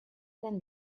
than